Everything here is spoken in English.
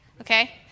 okay